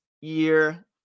year